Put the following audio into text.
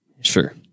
Sure